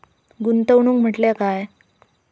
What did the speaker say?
गुंतवणूक म्हटल्या काय?